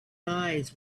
eyes